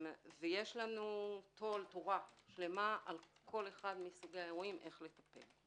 ויש לנו תורה שלמה על כל אחד מסוגי האירועים איך לטפל.